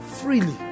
freely